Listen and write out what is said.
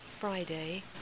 Friday